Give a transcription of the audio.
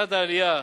לצד העלייה